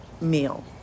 meal